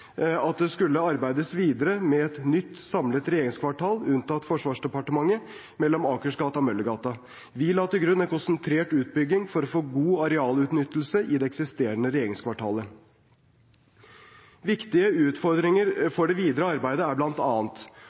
at det skulle arbeides videre med et nytt samlet regjeringskvartal – unntatt Forsvarsdepartementet – mellom Akersgata og Møllergata. Vi la til grunn en konsentrert utbygging for å få god arealutnytting i det eksisterende regjeringskvartalet. Viktige føringer for det videre arbeidet